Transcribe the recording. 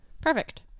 perfect